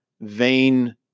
vain